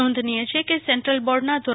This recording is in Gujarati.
નોંધનીય છે કે સેન્ટ્રલ બોર્ડના ધો